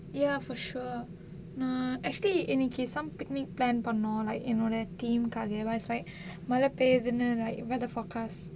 ya for sure uh actually இன்னிக்கி:innikki some pinic plan பண்ணோம்:pannom like என்னோட:ennoda team காக:kaaga wise like மழை பெய்யுதுன்னு:malai peiyuthunnu like weather forecast